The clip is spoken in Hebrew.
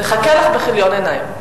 נחכה לך בכיליון עיניים.